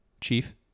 Chief